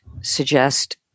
suggest